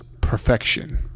perfection